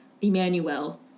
Emmanuel